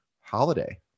holiday